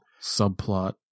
subplot